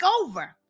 over